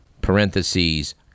parentheses